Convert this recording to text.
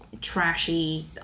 trashy